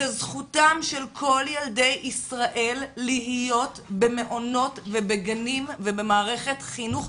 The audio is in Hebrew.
זו זכותם של כל ילדי ישראל להיות במעונות ובגנים ובמערכת חינוך.